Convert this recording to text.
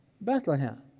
Bethlehem